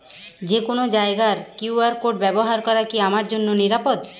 যে কোনো জায়গার কিউ.আর কোড ব্যবহার করা কি আমার জন্য নিরাপদ?